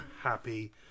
happy